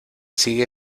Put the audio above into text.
sigue